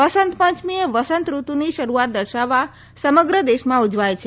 વસંત પંચમી એ વસંત ઋતુની શરૂઆત દર્શાવવા સમગ્ર દેશમાં ઉજવાય છે